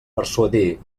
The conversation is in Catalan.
persuadir